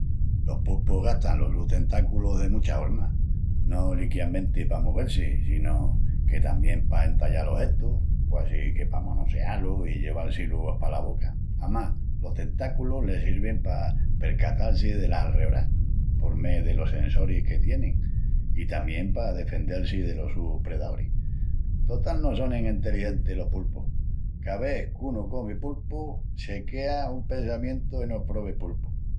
Los pulpus gastan los sus tentáculus de muchas hormas, no liquiamenti pa movel-si, sino que tamién pa entallal ojetus, quasi que pa manoseá-lus, i lleval-si-lus pala boca. Amás, los tentáculus les sirvin pa percatal-si delas alreorás, por mé delos sensoris que tienin, i tamién pa defendel-si delos sus predaoris. Total no sonin enteligentis los pulpus! Ca ves qu'unu comi pulpu se quea un pensamientu enos probis pulpus...